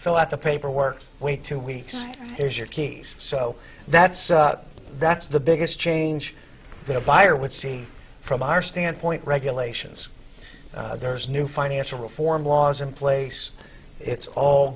fill out the paperwork wait two weeks is your keys so that's that's the biggest change that a buyer would see from our standpoint regulations there's new financial reform laws in place it's all